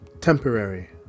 temporary